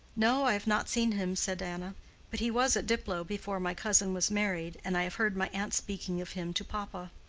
no, i have not seen him, said anna but he was at diplow before my cousin was married, and i have heard my aunt speaking of him to papa.